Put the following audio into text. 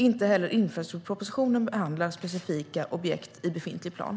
Inte heller infrastrukturpropositionen behandlar specifika objekt i befintlig plan.